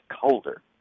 colder